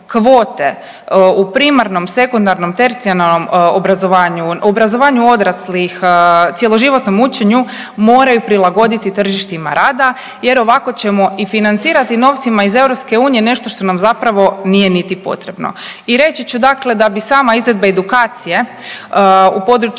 u primarnom, sekundarnom, tercijarnom obrazovanju, u obrazovanju odraslih, cjeloživotnom učenju moraju prilagoditi tržištima rada jer ovako ćemo i financirati novcima iz EU nešto što nam zapravo nije ni potrebno. I reći ću dakle da bi sama izvedba edukcije u područjima